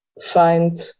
find